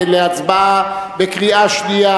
בקריאה שנייה